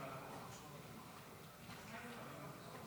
כמו שאמרתי, זה יורד ועולה.